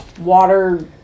water